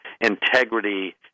integrity